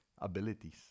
abilities